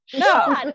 No